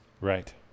Right